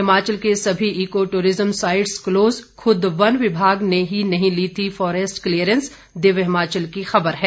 हिमाचल के सभी eco tourism sites close खुद वन विभाग ने ही नहीं ली थी फॉरेस्ट क्लीयरेंस दिव्य हिमाचल की खबर है